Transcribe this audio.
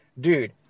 dude